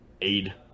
aid